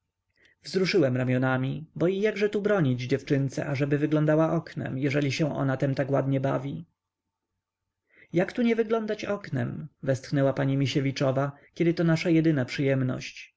wzruszyłem ramionami bo i jakże tu bronić dziewczynce ażeby wyglądała oknem jeżeli się ona tem tak ładnie bawi jak tu nie wyglądać oknem westchnęła pani misiewiczowa kiedy to nasza jedyna przyjemność